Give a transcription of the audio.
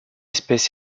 espèce